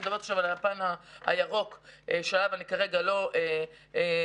וזה הפן הירוק שעליו אני כרגע לא מדברת.